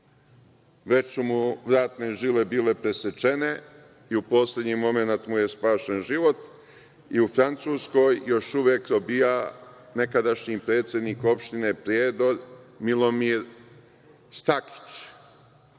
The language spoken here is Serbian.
već su mu vratne žile bile presečene i u poslednji momenat mu je spašen život, i u Francuskoj još uvek robija nekadašnji predsednik opštine Prijedor Milomir Stakić.